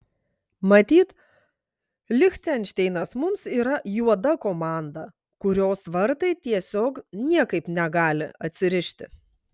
matyt lichtenšteinas mums yra juoda komanda kurios vartai tiesiog niekaip negali atsirišti